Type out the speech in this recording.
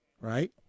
right